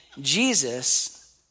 Jesus